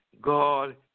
God